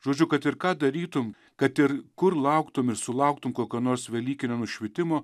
žodžiu kad ir ką darytum kad ir kur lauktum ir sulauktum kokio nors velykinio nušvitimo